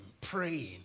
praying